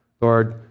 Lord